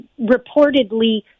reportedly